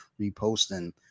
reposting